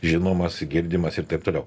žinomas girdimas ir taip toliau